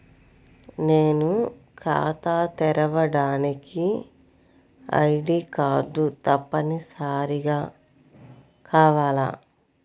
నేను ఖాతా తెరవడానికి ఐ.డీ కార్డు తప్పనిసారిగా కావాలా?